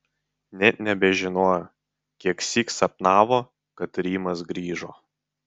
nė nebežinojo kieksyk sapnavo kad rimas grįžo